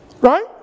right